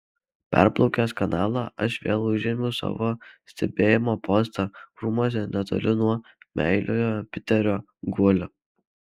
perplaukęs kanalą aš vėl užėmiau savo stebėjimo postą krūmuose netoli nuo meiliojo piterio guolio